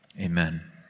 Amen